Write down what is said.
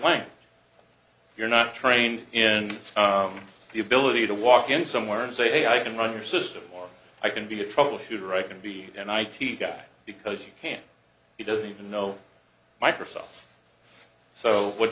when you're not trained in the ability to walk in somewhere and say hey i can run your system i can be a trouble shooter i can be an i t guy because you can't he doesn't even know microsoft so what